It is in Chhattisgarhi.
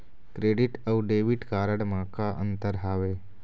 क्रेडिट अऊ डेबिट कारड म का अंतर हावे?